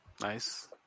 Nice